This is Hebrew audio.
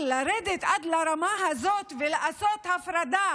אבל לרדת לרמה הזאת ולעשות הפרדה